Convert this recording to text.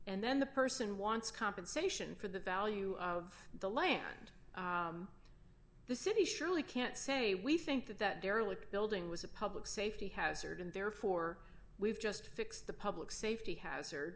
and then the person wants compensation for the value of the land the city surely can't say we think that that derelict building was a public safety hazard and therefore we've just fixed the public safety